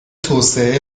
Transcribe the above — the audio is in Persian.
توسعه